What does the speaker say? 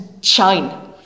shine